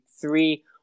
three